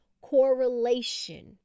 correlation